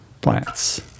plants